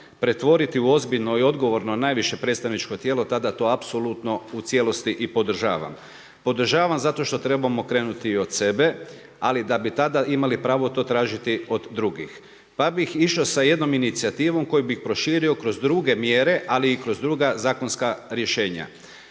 pretvoriti u ozbiljno i odgovorno najviše predstavničko tijelo tada to apsolutno u cijelosti i podržavam. Podržavam zato što trebamo krenuti i od sebe, ali da bi tada imali pravo to tražiti od drugih. Pa bih išao sa jednom inicijativom koju bih proširio kroz druge mjere ali i kroz druga zakonska rješenja.